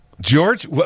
george